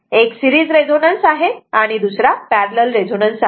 एक series resonance आहे आणि दुसरा पॅरलल रेझोनन्स आहे